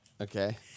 Okay